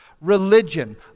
religion